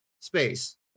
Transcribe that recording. space